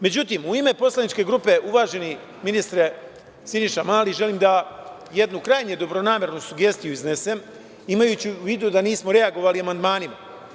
Međutim, u ime poslaničke grupe, uvaženi ministre Mali, želim da jednu krajnje dobronamernu sugestiju iznesem, imajući u vidu da nismo reagovali amandmanima.